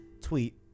tweet